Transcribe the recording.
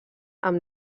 amb